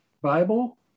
Bible